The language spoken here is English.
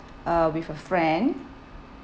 uh with a friend